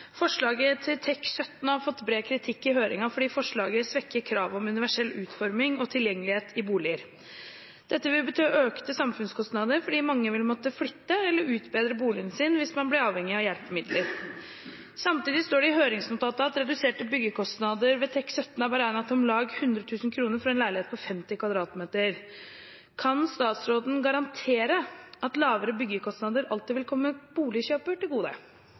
til TEK 17 har fått bred kritikk i høringen fordi forslaget svekker krav om universell utforming og tilgjengelighet i boliger. Dette vil bety økte samfunnskostnader fordi mange vil måtte flytte eller utbedre boligen sin hvis man blir avhengig av hjelpemidler. Samtidig står det i høringsnotatet at reduserte byggekostnader ved TEK 17 er beregnet til om lag 100 000 kroner for en leilighet på 50 kvm. Kan statsråden garantere at lavere byggekostnader alltid vil komme boligkjøper til gode?»